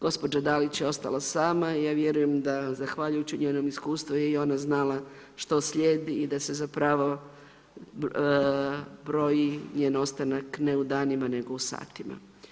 Gospođa Dalić je ostala sama i ja vjerujem da zahvaljujući njenom iskustvu je i ona znala što slijedi i da se zapravo broji njen ostanak ne u danima, nego u satima.